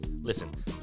Listen